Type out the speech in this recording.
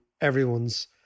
everyone's